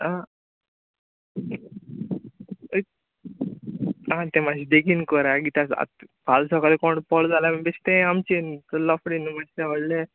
आं आं तें माय बेगीन कोराय कित्याक आत हाल सोकाळीं कोण पोळ्ळ जाल्या बेश्टें हें आमचें लोफडे न्हू मागी तें व्होळ्ळें